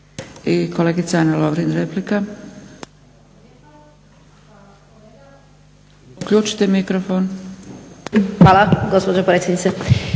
Hvala gospođo potpredsjednice.